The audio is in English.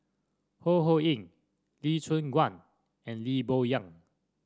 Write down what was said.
Ho Ho Ying Lee Choon Guan and Lee Boon Yang